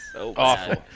Awful